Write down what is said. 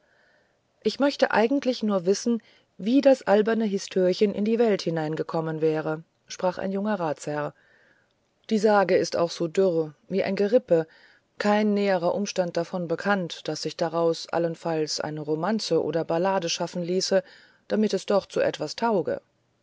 ich möchte eigentlich nur wissen wie das alberne histörchen in die welt hineingekommen wäre sprach ein junger ratsherr die sage ist auch so dürr wie ein gerippe kein näherer umstand davon bekannt daß sich daraus allenfalls eine romanze oder ballade schaffen ließe damit es doch zu etwas tauge